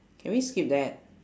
can we skip that